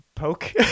poke